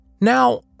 Now